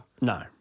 No